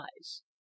eyes